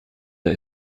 der